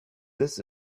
this